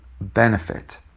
benefit